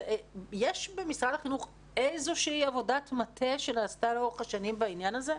יש במשרד החינוך איזה שהיא עבודת מטה שנעשתה לאורך השנים בעניין הזה?